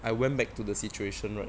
I went back to the situation right